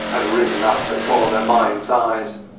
had risen up before their mind's eyes,